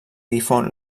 difon